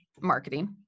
marketing